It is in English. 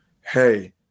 hey